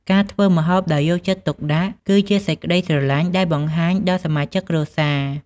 ការធ្វើម្ហូបដោយយកចិត្តទុកដាក់ គឺជាសេចក្ដីស្រលាញ់ដែលបង្ហាញដល់សមាជិកគ្រួសារ។